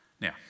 Now